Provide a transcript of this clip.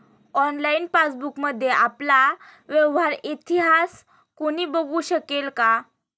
Online पासबुकमध्ये आपला व्यवहार इतिहास कोणी बघु शकेल का?